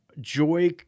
joy